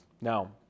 Now